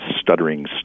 stuttering